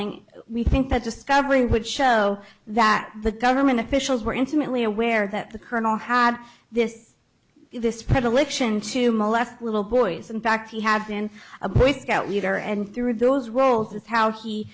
ing we think that discovery would show that the government officials were intimately aware that the colonel had this this predilection to molest little boys in fact he had been a boy scout leader and there were those well that's how he